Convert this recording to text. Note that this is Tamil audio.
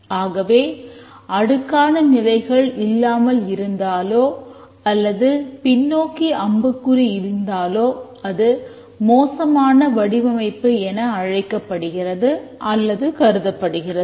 ஆகவே அடுக்கான நிலைகள் இல்லாமல் இருந்தாலோ அல்லது பின்னோக்கிய அம்புக்குறி இருந்தாலோ அது மோசமான வடிவமைப்பு என அழைக்கப்படுகிறது அல்லது கருதப்படுகிறது